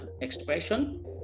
expression